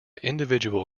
individual